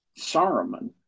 Saruman